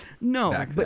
No